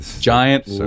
Giant